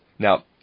Now